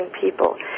people